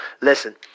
Listen